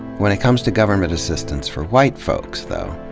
when it comes to government assistance for white folks, though,